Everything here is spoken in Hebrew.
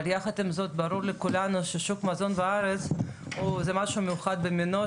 אבל יחד עם זאת ברור לכולנו ששוק המזון בארץ זה משהו מיוחד במינו,